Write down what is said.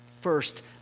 first